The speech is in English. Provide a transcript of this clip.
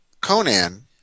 Conan